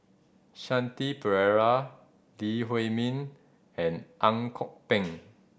Shanti Pereira Lee Huei Min and Ang Kok Peng